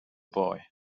boy